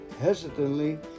hesitantly